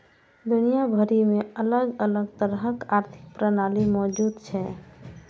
दुनिया भरि मे अलग अलग तरहक आर्थिक प्रणाली मौजूद छै